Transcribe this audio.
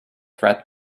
threat